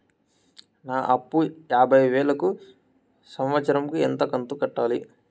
నా అప్పు యాభై వేలు కు సంవత్సరం కు ఎంత కంతు కట్టాలి?